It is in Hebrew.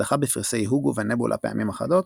זכה בפרסי הוגו ונבולה פעמים אחדות,